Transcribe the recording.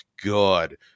good